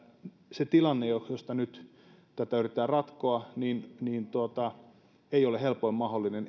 se tilanne jossa nyt tätä yritetään ratkoa ei ole helpoin mahdollinen